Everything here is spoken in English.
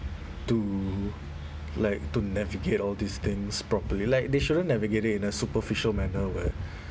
to like to navigate all these things properly like they shouldn't navigate it in a superficial manner where